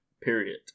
period